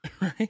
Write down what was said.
Right